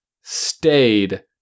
stayed